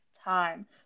time